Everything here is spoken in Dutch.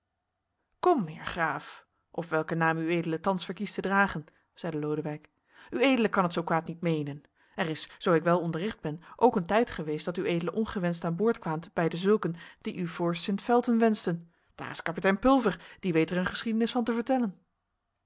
kom heer graaf of welken naam ued thans verkiest te dragen zeide lodewijk ued kan het zoo kwaad niet meenen er is zoo ik wel onderricht ben ook een tijd geweest dat ued ongewenscht aan boord kwaamt bij dezulken die u voor st felten wenschten daar is kapitein pulver die weet er een geschiedenis van te vertellen